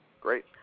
Great